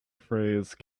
phrase